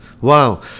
wow